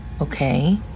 okay